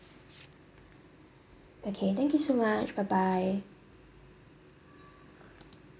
okay thank you so much bye bye